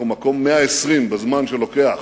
אנחנו מקום 120 בזמן שלוקח